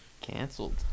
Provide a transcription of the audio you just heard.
Cancelled